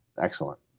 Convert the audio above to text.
Excellent